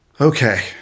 Okay